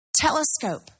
Telescope